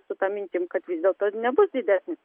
su ta mintim kad vis dėlto nebus didesnis